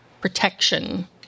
protection